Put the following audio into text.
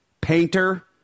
painter